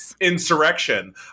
Insurrection